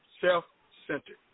Self-centered